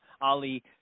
Ali